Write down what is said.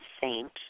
saint